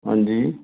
हां जी